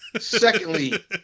Secondly